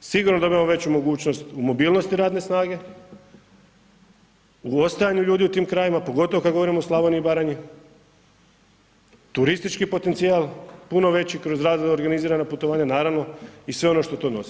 sigurno dobiva veću mogućnost u mobilnosti radne snage, u ostajanju ljudi u tim krajevima, pogotovo kad govorimo o Slavoniji i Baranji, turistički potencijal puno veći kroz razna organizirana putovanja, naravno, i sve ono što to nosi.